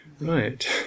right